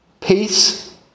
Peace